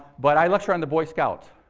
but i lecture on the boy scouts.